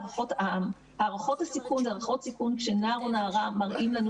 זה הערכות סיכון כשנער או נערה מראים לנו